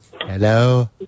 Hello